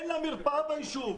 אין לה מרפאה בישוב.